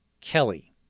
Kelly